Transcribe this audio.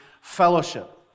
fellowship